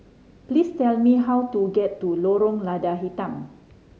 please tell me how to get to Lorong Lada Hitam